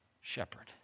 shepherd